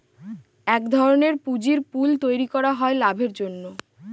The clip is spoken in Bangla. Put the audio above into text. এক ধরনের পুঁজির পুল তৈরী করা হয় লাভের জন্য